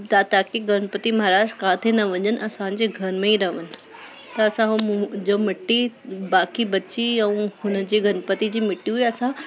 त ताकी गणपति महाराज किथे ना वञनि असांजे घर में ई रहनि त असां उहो मूं जो मिटी बाक़ी बची ऐं हुन जे गणपति जी मिटी हुई असां